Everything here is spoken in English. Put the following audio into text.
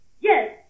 Yes